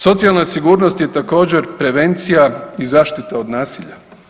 Socijalna sigurnost je također, prevencija i zaštita od nasilja.